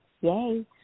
Yay